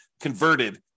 converted